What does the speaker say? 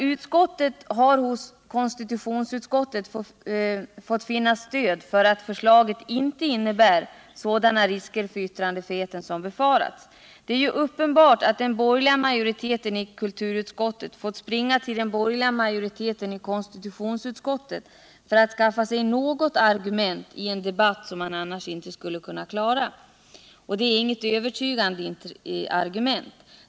Utskottet har hos konstitutionsutskottet fått söka stöd för att förslaget inte innebär sådana risker för yttrandefriheten som befarats. Det är ju uppenbart att den borgerliga majoriteten i kulturutskottet fått springa till den borgerliga majoriteten i konstitutionsutskottet för att skaffa sig något argument i en debatt som man annars inte skulle kunna klara. Och det är inget övertygande argument.